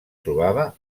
trobava